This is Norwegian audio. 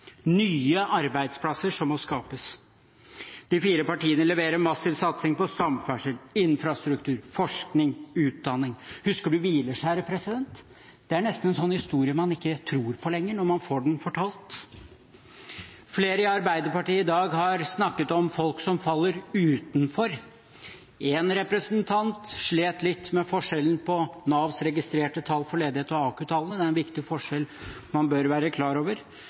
nye arbeidsplasser som må skapes. De fire partiene leverer en massiv satsing på samferdsel, infrastruktur, forskning og utdanning. Husker du hvileskjæret, president? Det er en sånn historie som man nesten ikke tror på lenger når man får den fortalt. Flere i Arbeiderpartiet i dag har snakket om folk som faller utenfor. En representant slet litt med forskjellen på Navs registrerte tall for ledighet og AKU-tallene – det er en viktig forskjell man bør være klar over.